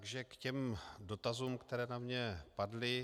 K těm dotazům, které na mě padly.